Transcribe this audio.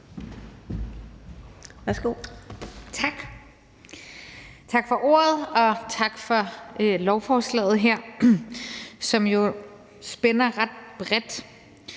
Lund (EL): Tak for ordet, og tak for lovforslaget her, som jo spænder ret bredt.